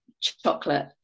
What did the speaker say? chocolate